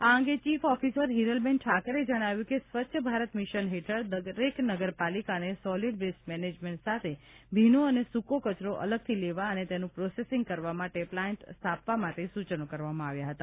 આ અંગે chief officer Hiralben ઠાકરે જણાવ્યું કે સ્વચ્છ ભારત મિશન હેઠળ દરેક નગરપાલિકાને સોલિડ વેસ્ટ મેનેજમેન્ટ સાથે ભીનો અને સૂકો કચરો અલગથી લેવા અને તેનું પ્રોસેસિંગ કરવા માટે પ્લાન્ટ સ્થાપવા માટે સૂચનો કરવામાં આવ્યા હતા